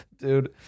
Dude